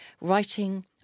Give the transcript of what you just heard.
writing